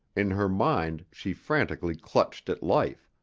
in her mind she frantically clutched at life,